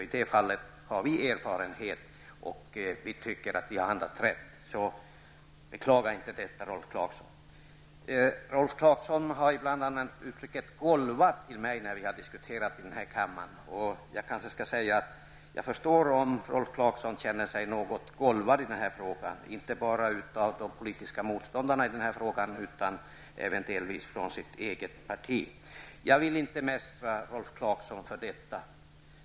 I det fallet har vi erfarenheter, och vi tycker att vi har handlat rätt. Beklaga alltså inte detta, Rolf Clarkson! Rolf Clarkson har ibland använt uttrycket ''golva'' i diskussioner med mig här i kammaren. Jag förstår om Rolf Clarkson känner sig något ''golvad'' i denna fråga, och då inte bara av de politiska motståndarna utan även delvis av personer i sitt eget parti. Jag vill inte mästra Rolf Clarkson av den anledningen.